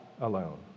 alone